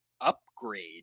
upgrade